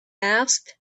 asked